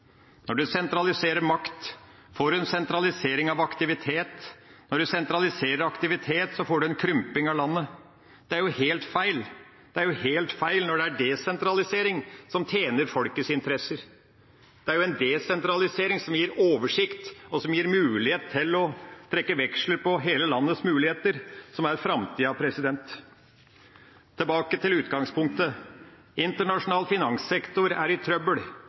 Når en sentraliserer makt, får en sentralisering av aktivitet. Når en sentraliserer aktivitet, får en krymping av landet. Det er jo helt feil. Det er helt feil når det er desentralisering som tjener folkets interesser. Det er en desentralisering som gir oversikt, og som gir mulighet til å trekke veksler på hele landets muligheter, som er framtida. Tilbake til utgangspunktet: Internasjonal finanssektor er i trøbbel.